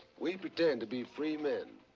we pretend to be free men.